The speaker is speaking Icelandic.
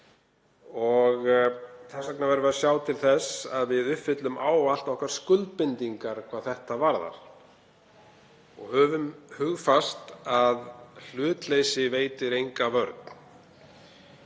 og þess vegna verðum við að sjá til þess að við uppfyllum ávallt okkar skuldbindingar hvað þetta varðar. Höfum hugfast að hlutleysi veitir enga vörn.